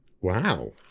Wow